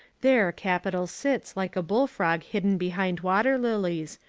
there capital sits like a bull-frog hidden behind water-lilies,